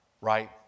right